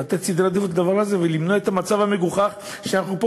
לתת עדיפות לדבר הזה ולמנוע את המצב המגוחך שאנחנו פה